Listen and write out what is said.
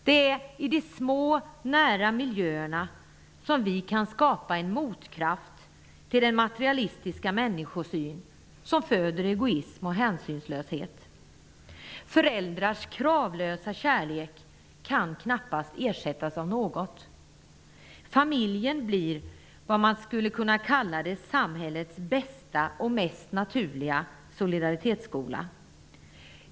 Det är i de små nära miljöerna som vi kan skapa en motkraft till den materialistiska människosyn som föder egoism och hänsynslöshet. Föräldrars kravlösa kärlek kan knappast ersättas av något. Familjen blir vad man skulle kunna kalla samhällets bästa och mest naturliga solidaritetsskola.